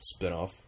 spinoff